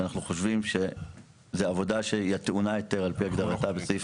שלפיה זאת עבודה שטעונה היתרה על פי הגדרתה בסעיף